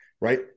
right